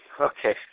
Okay